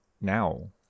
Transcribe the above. now